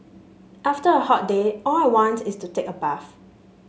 after a hot day all I want is to take a bath